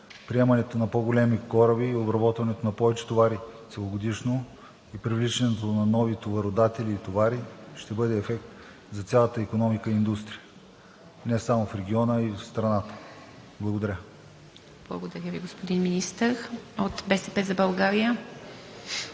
приемането на по-големи кораби и обработването на повече товари целогодишно, привличането на нови товародатели и товари ще бъде ефект за цялата икономика и индустрия не само в региона, а и в страната. Благодаря. ПРЕДСЕДАТЕЛ ИВА МИТЕВА: Благодаря Ви, господин Министър. От „БСП за България“.